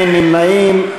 אין נמנעים.